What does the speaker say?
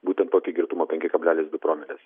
būtent tokį girtumą penki kablelis du promilės